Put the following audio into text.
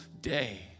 day